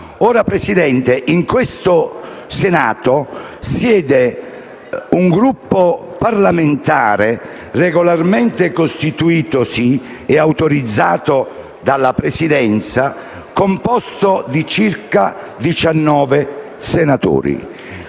Presidente, in questo Senato siede un Gruppo parlamentare, regolarmente costituitosi e autorizzato dalla Presidenza, composto di 18 senatori,